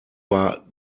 bei